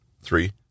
Three